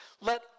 Let